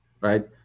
Right